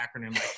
acronym